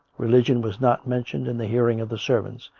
religion was not mentioned in the hearing of the servants,